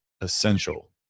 essential